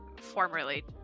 formerly